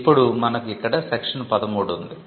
ఇప్పుడు మనకు ఇక్కడ సెక్షన్ 13 ఉంది